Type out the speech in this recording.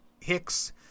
Hicks